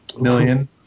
million